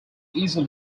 easily